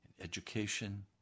education